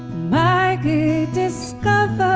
maggie discovered